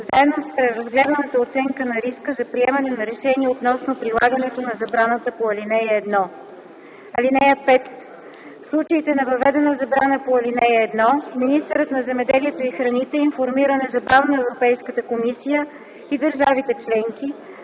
заедно с преразгледаната оценка на риска за приемане на решение относно прилагането на забраната по ал. 1. (5) В случаите на въведена забрана по ал. 1 министърът на земеделието и храните информира незабавно Европейската комисия и държавите членки